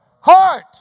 Heart